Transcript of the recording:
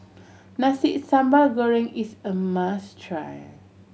Nasi Sambal Goreng is a must try